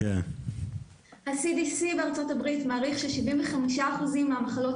ה-CDC בארצות הברית מעריך ש-75% מהמחלות